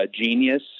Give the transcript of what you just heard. genius